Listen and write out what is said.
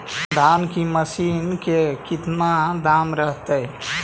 धान की मशीन के कितना दाम रहतय?